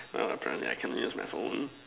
well apparently I cannot use my phone